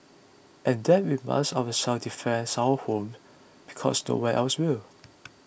and that we must ourselves defend our home because no one else will